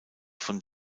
von